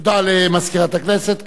תודה למזכירת הכנסת.